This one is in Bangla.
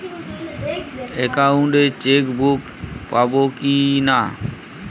একাউন্ট চেকবুক পাবো কি না?